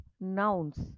nouns